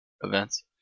events